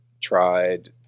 tried